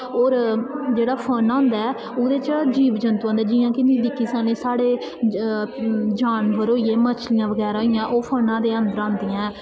होर जेह्ड़ा फाना होंदा ऐ ओह्दे च जीव जैंतू आंदे जियां कि मी दिक्खी सकनें साढ़े जानवर होई गे मछलियां बगैरा होई गेइयां ओह् फाना दे अन्दर आंदियां ऐं